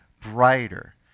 brighter